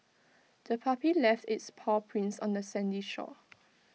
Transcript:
the puppy left its paw prints on the sandy shore